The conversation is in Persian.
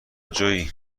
جویی